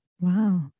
Wow